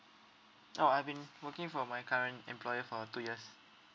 oh I've been working for my current employer for two years